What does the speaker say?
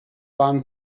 waren